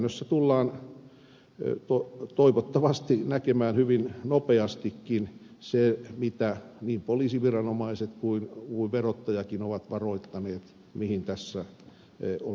mutta käytännössä tullaan toivottavasti näkemään hyvin nopeastikin se mitä niin poliisiviranomaiset kuin verottajakin ovat varoittaneet mihin tässä ollaan menossa